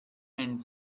end